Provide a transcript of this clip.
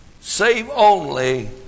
save-only